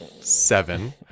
Seven